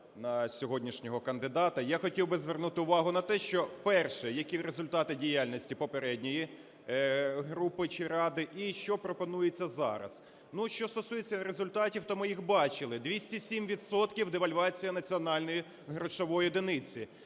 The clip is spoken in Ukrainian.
на сьогоднішнього кандидата, я хотів би звернути увагу на те, що, перше, які результати діяльності попередньої групи чи ради і що пропонується зараз? Що стосується результатів, то ми їх бачили: 207 відсотків девальвація національної грошової одиниці,